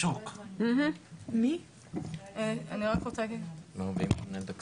והאישור הוא לפיו "אין מניעה להעסקת